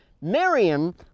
Miriam